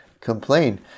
complain